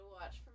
watch